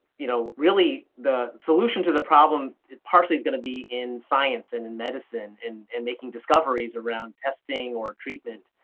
you know, really, the solution to the problem partially is going to be in science and in medicine and making discoveries around testing or treatment.